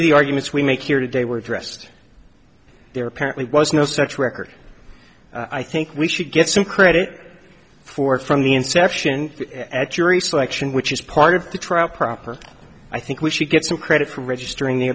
of the arguments we make here today were dressed there apparently was no such record i think we should get some credit for it from the inception at jury selection which is part of the trial proper i think we should get some credit for registering the